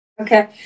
Okay